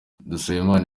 dusabimana